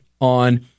on